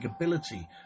ability